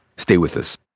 stay with us.